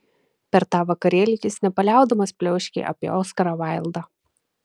per tą vakarėlį jis nepaliaudamas pliauškė apie oskarą vaildą